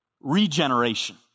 regeneration